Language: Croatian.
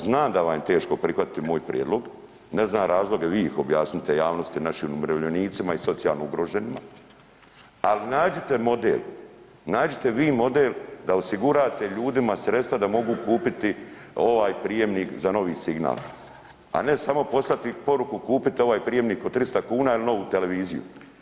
Znam da vam je teško prihvatiti moj prijedlog, ne znam razloge vi ih objasnite javnosti i našim umirovljenicima i socijalno ugroženima, ali nađite model, nađite vi model da osigurate ljudima sredstva da mogu kupiti ovaj prijamnik za novi signal, a ne samo poslati poruku kupite ovaj prijamnik od 300 kuna ili novu televiziju.